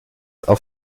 auf